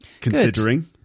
considering